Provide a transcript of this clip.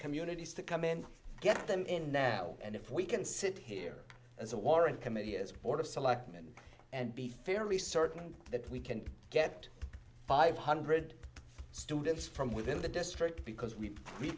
communities to come and get them in now and if we can sit here as a warrant committee as a board of selectmen and be fairly certain that we can get five hundred students from within the district because we